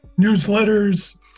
newsletters